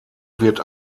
wird